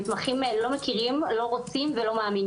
את המנהלים שלנו ויש לנו שניים-שלושה כאלה בפריפריה לעבריינים